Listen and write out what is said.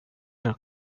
her